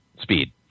Speed